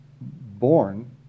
born